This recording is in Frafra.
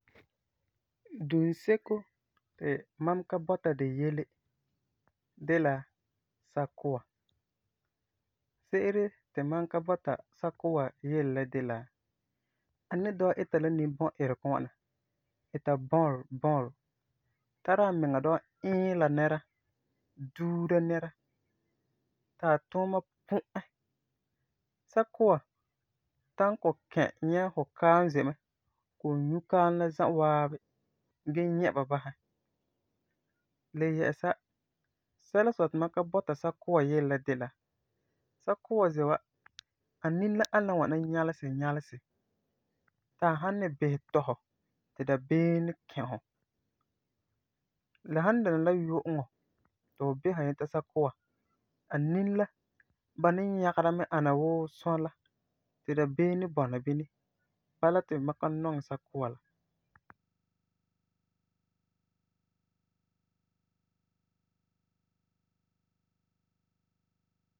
Dunseko ti mam ka bɔta di yele de la sakua. Se'ere ti mam ka bɔta sakua yele la de la; a ni dɔla ita la nimbɔ itegɔ ŋwana, ita bɔle bɔle, tara amiŋa dɔla iila nɛra, duula nɛra, ti a tuuma pu'ɛ. Sakua ta'am kɔ'ɔm kɛ nyɛ fu kaam n ze mɛ, kɔ'ɔm nyu kaam la za'a waabi gee nyɛ ba basɛ. Le yɛ'ɛsa, sɛla n sɔi ti mam ka bɔta sakua yele la de la; sakua n ze wa a nini la ani la ŋwana nyalesi nyalesi ti a san ni bisɛ tɔ fu ti dabeem ni kɛ fu. La san dɛna la nyu'uŋɔ ti fu bisera nyɛta sakua, a nini la, ba ni yagera mɛ ana wuu sɔa la ti dabeem ni bɔna bini, bala ti mam ka nɔŋɛ sakua la.